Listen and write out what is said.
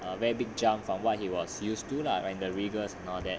a very big jump from what he was used to lah when the rigours and all that